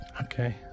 Okay